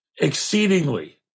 exceedingly